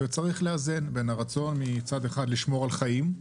צריך לאזן בין הרצון מצד אחד לשמור על חיים,